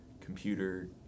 computer